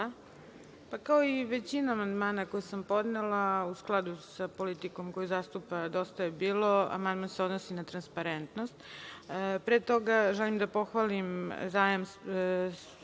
Hvala. Kao i većina amandmana koje sam podnela u skladu sa politikom koju zastupa DJB, amandman se odnosi na transparentnost. Pre toga želim da pohvalim zajam od